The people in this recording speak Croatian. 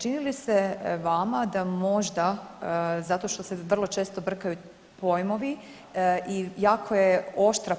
Čini li se vama da možda zato što se vrlo često brkaju pojmovi i jako je oštra